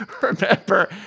remember